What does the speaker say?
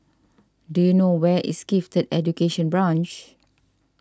do you know where is Gifted Education Branch